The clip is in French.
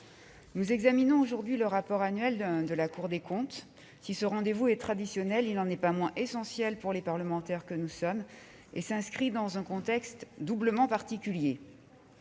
nous examinons aujourd'hui le rapport public annuel de la Cour des comptes. Si ce rendez-vous est traditionnel, il n'en est pas moins essentiel pour les parlementaires que nous sommes et s'inscrit dans un contexte doublement particulier.